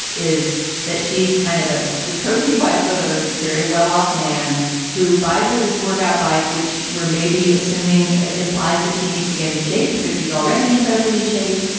is that she's kind of ah a trophy wife of a very well-off man who buys her this workout bike, which we're maybe assuming implies that she needs to get in shape, but she's already incredibly in shape.